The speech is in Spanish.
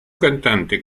cantante